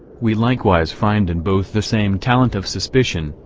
we likewise find in both the same talent of suspicion,